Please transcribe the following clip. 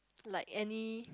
like any